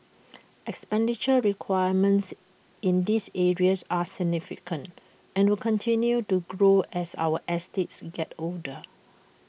expenditure requirements in these areas are significant and will continue to grow as our estates get older